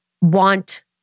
want